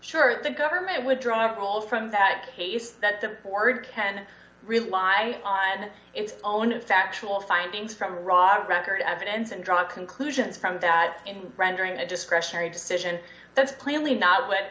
sure the government would draw a role from that case that the board can rely on its own factual findings from rock record evidence and draw conclusions from that in rendering a discretionary decision that's plainly not what